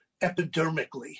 epidermically